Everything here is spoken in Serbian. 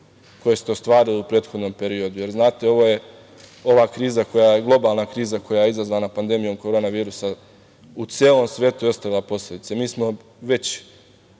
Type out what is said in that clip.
koje ste ostvarili u prethodnom periodu, jer znate ova kriza koja je globalna kriza, koja je izazvana pandemijom korona virusa u celom svetu je ostavila posledice. Mi smo već